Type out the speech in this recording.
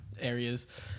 areas